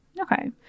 okay